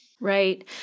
Right